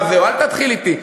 אל תתחיל אתי.